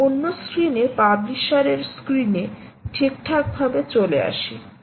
এখন অন্য স্ক্রিনে পাবলিশারের স্ক্রিনে ঠিকঠাকভাবে চলে আসি